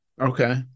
Okay